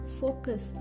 focus